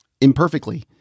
imperfectly